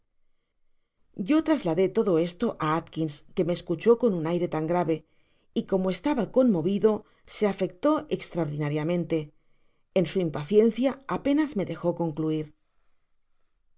yo trasladé todo esto á alws que me escuchó coa un aire tan grave y como estaba conmovido se afectó esjtraordinarimenlfi fyi m impaciencia apenas me dejó cpncluir